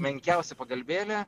menkiausia pagalbėlė